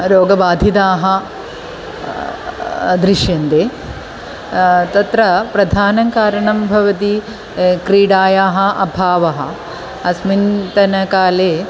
रोगबाधिताः दृश्यन्ते तत्र प्रधानं कारणं भवति क्रीडायाः अभावः अस्मिन्तनकाले